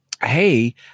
hey